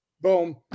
boom